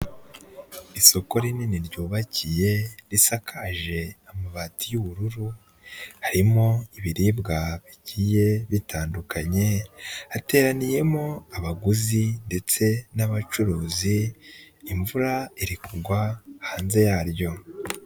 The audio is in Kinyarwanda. Isoko rinini ryubakiye risakaje amabati y'ubururu, harimo ibiribwa bigiye bitandukanye, hateraniyemo abaguzi ndetse n'abacuruzi, imvura iri kugwa hanze yaryo.